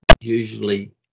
usually